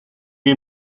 est